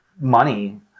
money